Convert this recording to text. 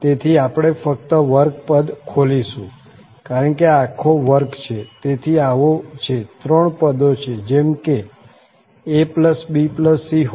તેથી આપણે ફક્ત વર્ગ પદ ખોલીશું કારણ કે આ આખો વર્ગ છે તે આવો છે ત્રણ પદો છે જેમ કે abc2